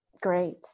great